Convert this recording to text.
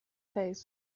face